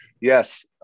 Yes